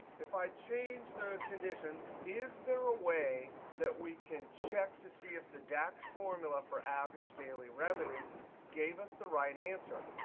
if i change the conditions, is there a way that we can check to see if the dax formula for average daily revenue gave us the right answer?